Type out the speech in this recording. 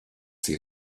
ses